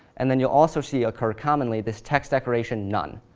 and then you'll also see occur, commonly, this text decoration none.